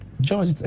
George